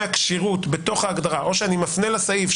הכשירות בתוך ההגדרה או שאני מפנה לסעיף,